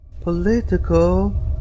POLITICAL